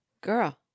Girl